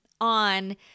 on